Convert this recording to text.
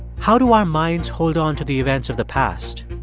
how do our minds hold on to the events of the past?